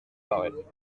parait